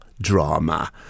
drama